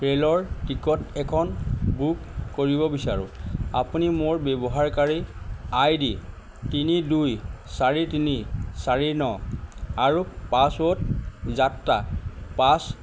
ৰেলৰ টিকট এখন বুক কৰিব বিচাৰোঁ আপুনি মোৰ ব্যৱহাৰকাৰী আই ডি তিনি দুই চাৰি তিনি চাৰি ন আৰু পাছৱৰ্ড যাত্ৰা পাচঁ